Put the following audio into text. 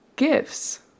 gifts